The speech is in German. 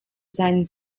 seinen